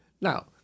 Now